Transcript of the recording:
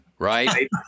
Right